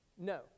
no